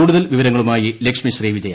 കൂടുതൽ വിവരങ്ങളുമായി ലക്ഷ്മി ശ്രീ വിജയ